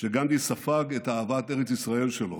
שגנדי ספג את אהבת ארץ ישראל שלו,